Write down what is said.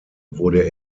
wurde